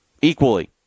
equally